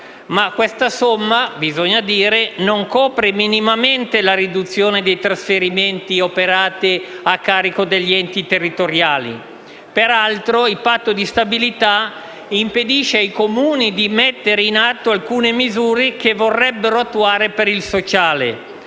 tale somma non copre minimamente la riduzione dei trasferimenti operati a carico degli enti territoriali. Peraltro, il Patto di stabilità impedisce ai Comuni di mettere in atto alcune misure per il sociale